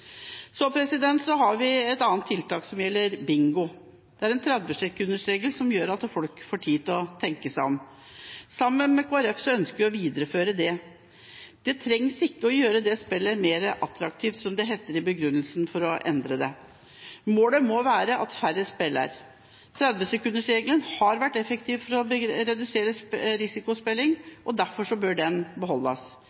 Så har vi et annet tiltak som gjelder bingo, det er en 30-sekundersregel som gjør at folk får tid til å tenke seg om. Sammen med Kristelig Folkeparti ønsker vi å videreføre dette. Man trenger ikke å gjøre det spillet mer attraktivt, som det heter i begrunnelsen for å endre det. Målet må være at færre spiller. 30-sekundersregelen har vært effektiv for å redusere